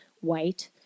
white